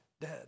dead